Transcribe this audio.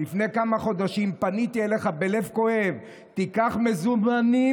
לפני כמה חודשים פניתי אליך בלב כואב: תיקח מזומנים,